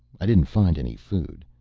i didn't find any food.